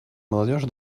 молодежь